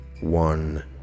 one